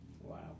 wow